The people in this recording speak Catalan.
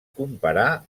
comparar